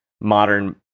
modern